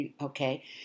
Okay